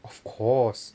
of course